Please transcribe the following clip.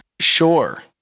Sure